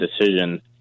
decision